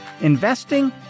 Investing